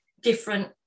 different